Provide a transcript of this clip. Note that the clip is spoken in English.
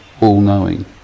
all-knowing